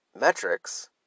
metrics